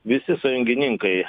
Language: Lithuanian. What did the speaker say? visi sąjungininkai